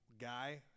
guy